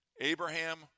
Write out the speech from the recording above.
Abraham